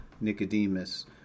Nicodemus